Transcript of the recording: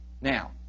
Now